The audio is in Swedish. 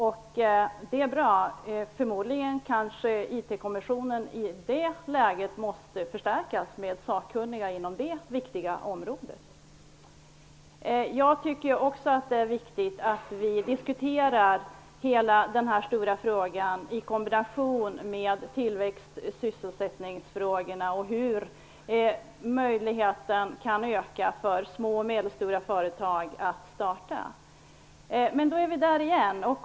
I det läget kanske IT-kommissionen måste förstärkas med sakkunniga på detta viktiga område. Det är också viktigt att vi diskuterar hela denna stora fråga i kombination med tillväxt och sysselsättningsfrågorna samt hur man kan öka möjligheten för startande av små och medelstora företag.